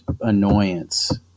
Annoyance